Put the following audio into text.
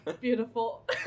beautiful